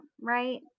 right